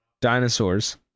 Dinosaurs